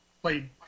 played